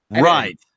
right